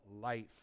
life